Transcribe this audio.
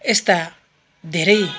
यस्ता धेरै